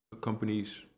companies